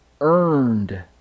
earned